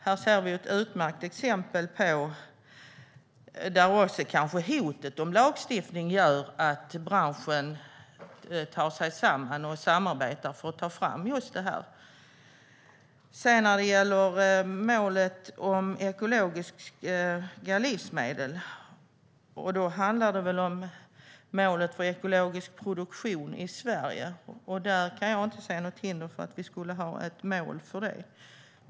Här ser vi ett utmärkt exempel på att hotet om lagstiftning gör att branschen tar sig samman och samarbetar. Målet om ekologiska livsmedel handlar om målet för ekologisk produktion i Sverige. Jag kan inte se något hinder för att ha ett mål för det.